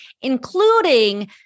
including